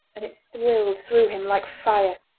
and it thrilled through him like fire.